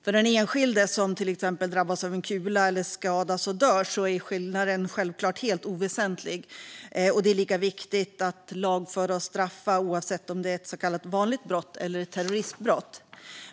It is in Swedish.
För den enskilde som till exempel träffas av en kula och skadas eller dör är skillnaden självklart helt oväsentlig, och det är lika viktigt att lagföra och straffa oavsett om det är ett så kallat vanligt brott eller ett terroristbrott.